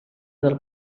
del